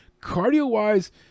Cardio-wise